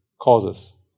causes